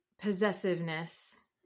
possessiveness